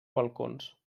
balcons